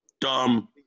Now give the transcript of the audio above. dumb